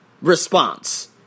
response